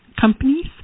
companies